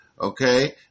okay